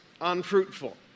unfruitful